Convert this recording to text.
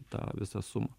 tą visą sumą